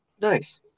Nice